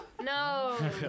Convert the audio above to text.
No